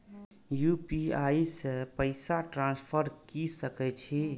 UPI से पैसा transfer की सके छी?